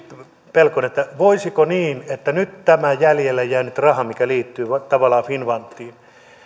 pelkonen voisiko olla niin että kun on nyt tämä jäljelle jäänyt raha mikä liittyy tavallaan finnfundiin